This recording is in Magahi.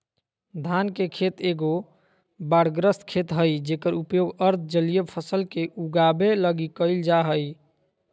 धान के खेत एगो बाढ़ग्रस्त खेत हइ जेकर उपयोग अर्ध जलीय फसल के उगाबे लगी कईल जा हइ